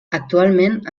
actualment